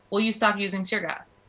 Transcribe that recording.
will you stop using tear gas?